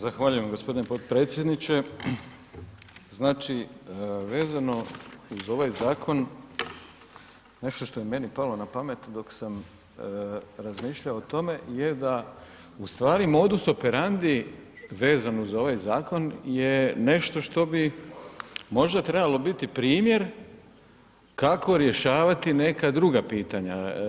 Zahvaljujem gospodine podpredsjedniče, znači vezano uz ovaj zakon nešto što je meni palo pamet dok sam razmišljao o tome je da u stvari modus operandi vezano za ovaj zakon je nešto što bi možda trebalo biti primjer kako rješavati neka druga pitanja.